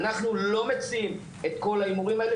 אנחנו לא מציעים את כל ההימורים האלה